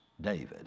David